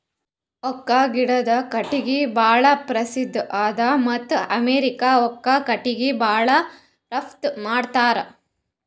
oak ಗಿಡದು ಕಟ್ಟಿಗಿ ಭಾಳ್ ಪ್ರಸಿದ್ಧ ಅದ ಮತ್ತ್ ಅಮೇರಿಕಾ ಓಕ್ ಕಟ್ಟಿಗಿ ಭಾಳ್ ರಫ್ತು ಮಾಡ್ತದ್